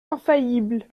infaillible